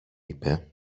είπε